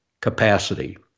capacity